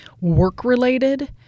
work-related